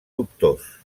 dubtós